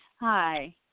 Hi